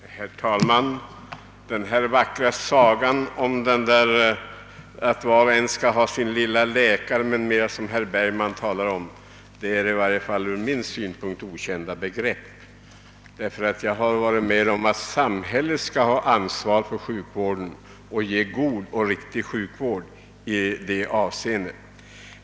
Herr talman! Denna vackra saga om att var och en skall ha sin egen läkare är i varje fall för mig någonting okänt. Samhället skall ha ansvaret för sjukvården och ge en god sådan.